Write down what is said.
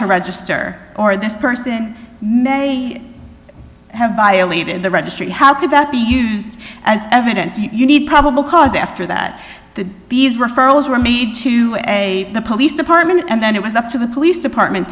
to register or this person may have violated the registry how could that be used as evidence if you need probable cause after that the b s referrals were made to a police department and then it was up to the police department